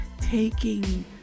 taking